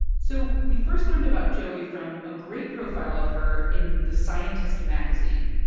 so we first learned about joey from a great profile of her in the scientist magazine.